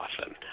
often